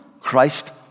Christ